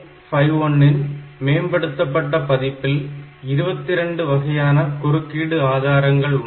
8051 ன் மேம்படுத்தப்பட்ட பதிப்பில் 22 வகையான குறுக்கீடு ஆதாரங்கள் உண்டு